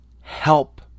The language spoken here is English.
help